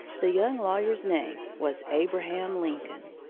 the young lawyer's name was abraham lincoln!